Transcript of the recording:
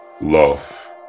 Love